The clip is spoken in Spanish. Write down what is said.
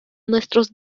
nuestros